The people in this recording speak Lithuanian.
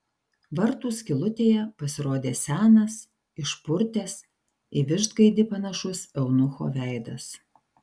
vartų skylutėje pasirodė senas išpurtęs į vištgaidį panašus eunucho veidas